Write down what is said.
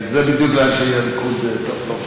זה בדיוק אנשי הליכוד, טוב, לא משנה.